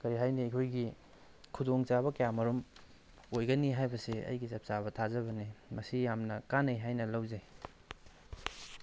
ꯀꯔꯤ ꯍꯥꯏꯅꯤ ꯑꯩꯈꯣꯏꯒꯤ ꯈꯨꯗꯣꯡ ꯆꯥꯕ ꯀꯌꯥ ꯑꯃꯔꯣꯝ ꯑꯣꯏꯒꯅꯤ ꯍꯥꯏꯕꯁꯤ ꯑꯩꯒꯤ ꯆꯞ ꯆꯥꯕ ꯊꯥꯖꯕꯅꯤ ꯃꯁꯤ ꯌꯥꯝꯅ ꯀꯟꯅꯩ ꯍꯥꯏꯅ ꯂꯧꯖꯩ